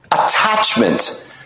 attachment